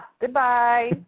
Goodbye